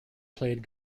played